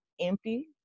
empty